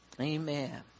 Amen